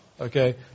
okay